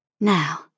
Now